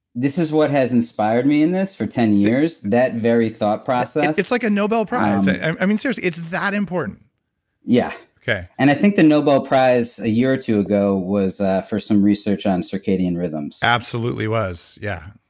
this is what has inspired me in this for ten years, that very thought process it's like a nobel prize. i mean, seriously, it's that important yeah okay and i think the nobel prize a year or two ago was for some research on circadian rhythms absolutely was, yeah.